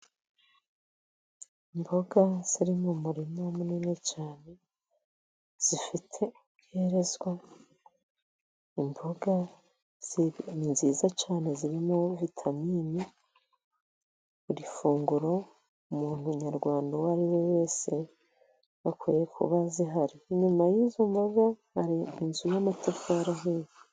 Imboga ziri mu murima, munini cyane zifite ibyerezwa. Imboga ni nziza cyane zirimo vitaminini, buri funguro munyarwanda uwo ariwe wese akwiye kuba zihari. Nyuma y' izo mboga hari inzu y' amatafari ahiye.